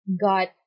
got